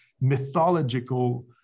mythological